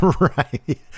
Right